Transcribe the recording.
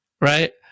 Right